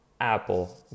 Apple